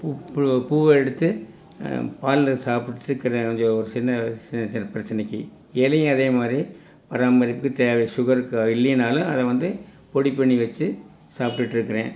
பூ பூ பூவை எடுத்து பாலில் சாப்டுட்ருக்கற ஒரு சின்ன சின்ன சின்ன பிரச்சினைக்கு இலையும் அதேமாதிரி பராமரிப்பு தேவை சுகருக்கு இல்லைனாலும் அதை வந்து பொடி பண்ணி வச்சு சாப்பிட்டுட்ருக்குறேன்